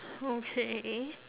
okay